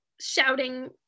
shouting